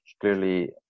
clearly